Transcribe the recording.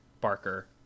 Barker